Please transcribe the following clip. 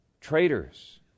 traitors